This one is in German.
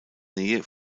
nähe